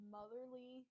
motherly